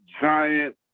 Giant